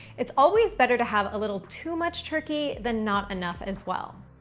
it's always better to have a little too much turkey than not enough as well.